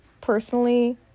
personally